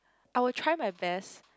I will try my best